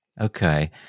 Okay